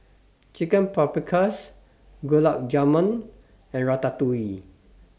Chicken Paprikas Gulab Jamun and Ratatouille